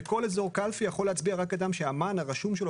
בכל אזור קלפי יכול להצביע רק אדם שהמען הרשום שלו